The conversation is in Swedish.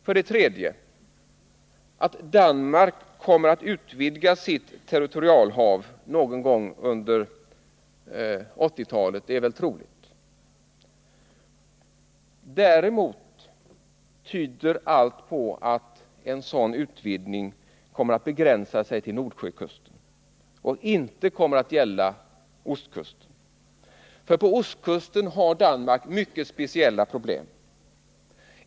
För det tredje: Att Danmark någon gång under 1980-talet kommer att utvidga sitt territorialhav är troligt. Däremot tyder allt på att en sådan utvidning kommer att begränsas till Nordsjökusten och inte kommer att gälla ostkusten. På ostkusten har nämligen Danmark mycket speciella problem.